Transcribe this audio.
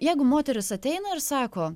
jeigu moteris ateina ir sako